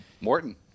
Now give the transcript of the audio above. Morton